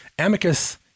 Amicus